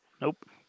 nope